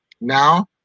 now